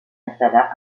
installa